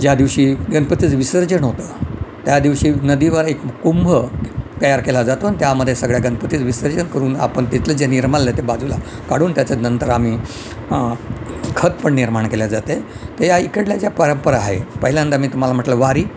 ज्या दिवशी गणपतीचं विसर्जन होतं त्या दिवशी नदीवर एक कुंभ तयार केला जातो आणि त्यामध्ये सगळ्या गणपतीचं विसर्जन करून आपण तिथलं जे निर्माल्य आहे ते बाजूला काढून त्याच्या नंतर आम्ही खत पण निर्माण केले जाते तर या इकडल्या ज्या परंपरा आहे पहिल्यांदा मी तुम्हाला म्हटलं वारी